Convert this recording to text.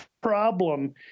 problem